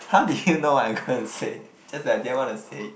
how did you know I'm gonna say just that I didn't want to say it